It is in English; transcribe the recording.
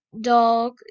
dog